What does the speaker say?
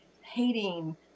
hating